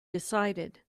decided